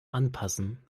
anpassen